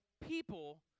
people